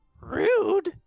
Rude